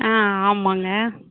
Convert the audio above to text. ஆ ஆமாம்ங்க